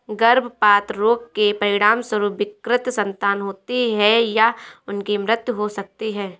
गर्भपात रोग के परिणामस्वरूप विकृत संतान होती है या उनकी मृत्यु हो सकती है